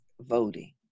voting